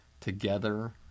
Together